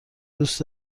دوست